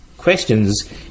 questions